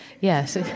Yes